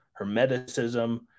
hermeticism